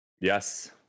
yes